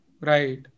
Right